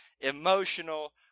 emotional